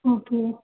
okay